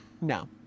No